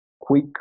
quick